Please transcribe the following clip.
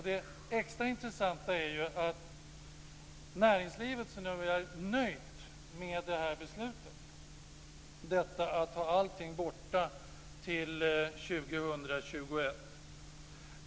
Det extra intressanta är att näringslivet är nöjt med beslutet att allt ska vara borta till 2021.